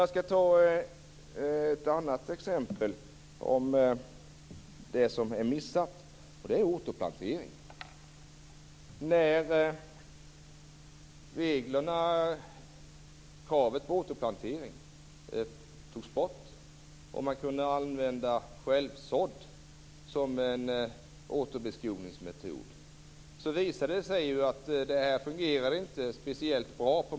Jag skall ta upp ett annat exempel på någonting som man har missat, och det gäller återplanteringen. När kravet på återplantering togs bort och det var tillåtet att använda självsådd som en återbeskogningsmetod visade det sig att det inte fungerade speciellt bra.